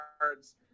cards